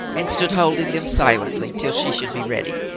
and stood holding them silently till she should be ready.